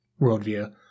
worldview